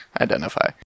identify